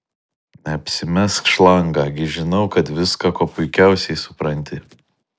neapsimesk šlanga gi žinau kad viską kuo puikiausiai supranti